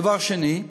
דבר שני,